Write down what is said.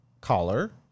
collar